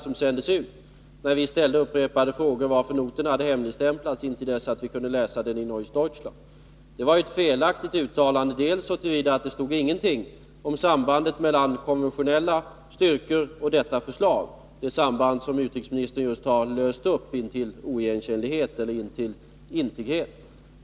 Statsministern sade i denna kammare i onsdags att all väsentlig information finns i pressmeddelandet som sänts ut. Det var ett felaktigt uttalande så till vida som att det inte stod någonting om sambandet mellan konventionella styrkor och detta förslag, det samband som utrikesministern just har löst upp intill oigenkännlighet eller intill intighet.